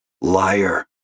Liar